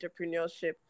entrepreneurship